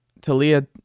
Talia